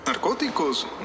Narcóticos